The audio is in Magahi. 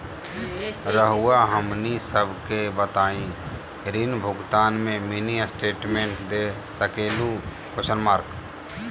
रहुआ हमनी सबके बताइं ऋण भुगतान में मिनी स्टेटमेंट दे सकेलू?